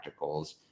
practicals